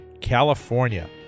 California